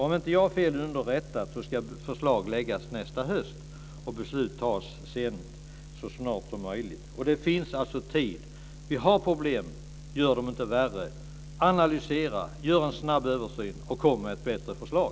Om inte jag är fel underrättad så ska förslag läggas fram nästa höst och beslut sedan fattas så snart som möjligt. Det finns alltså tid. Vi har problem, men gör dem inte värre. Analysera, gör en snabb översyn och kom med ett bättre förslag!